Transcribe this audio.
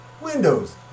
windows